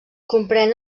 comprèn